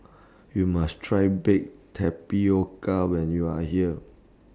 YOU must Try Baked Tapioca when YOU Are here